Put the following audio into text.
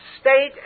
state